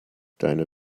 deine